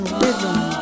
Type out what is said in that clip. rhythm